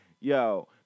yo